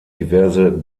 diverse